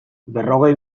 berrogei